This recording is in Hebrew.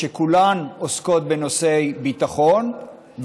שכולן עוסקות בנושאי ביטחון,